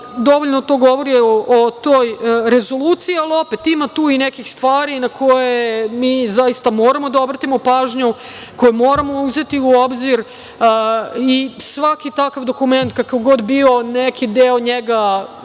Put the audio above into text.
dovoljno to govori o toj rezoluciji, ali, opet, ima tu i nekih stvari na koje mi zaista moramo da obratimo pažnju, koje moramo uzeti u obzir i svaki takav dokument, kakav god bio neki deo njega,